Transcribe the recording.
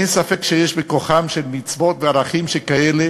אין ספק שיש בכוחם של מצוות וערכים שכאלה